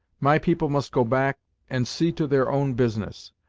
my people must go back and see to their own business.